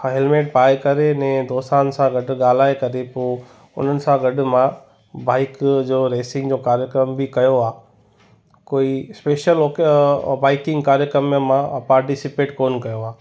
helmet पाए करे ने दोस्तनि सां गॾु ॻाल्हाइ करे पोइ उन्हनि सां गॾु मां बाइक जो रेसिंग जो कार्यक्रम बि कयो आहे कोई स्पेशल बाइकिंग कार्यक्रम में मां पार्टिसिपेट कोन कयो आहे